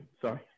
sorry